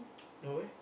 no why